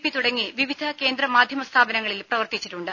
P തുടങ്ങി വിവിധ കേന്ദ്ര മാധ്യമ സ്ഥാപനങ്ങളിൽ പ്രവർത്തിച്ചിട്ടുണ്ട്